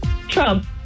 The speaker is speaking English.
Trump